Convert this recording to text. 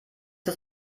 das